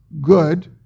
good